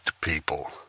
people